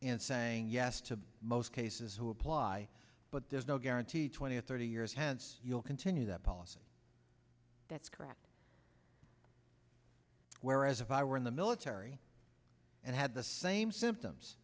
and saying yes to most cases who apply but there's no guarantee twenty or thirty years hence you'll continue that policy that's correct whereas if i were in the military and had the same symptoms